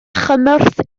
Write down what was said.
chymorth